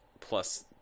plus